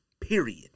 Period